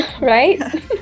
Right